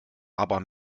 aber